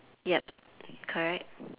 yup correct